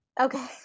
okay